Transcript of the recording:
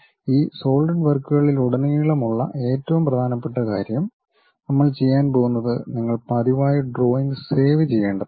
ഈ സോളിഡ് വർക്കുകളിലുടനീളമുള്ള ഏറ്റവും പ്രധാനപ്പെട്ട കാര്യം നമ്മൾ ചെയ്യാൻ പോകുന്നത് നിങ്ങൾ പതിവായി ഡ്രോയിംഗ് സേവ് ചെയ്യേണ്ടതാണ്